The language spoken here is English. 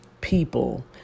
people